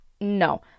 No